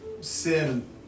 Sin